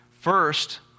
First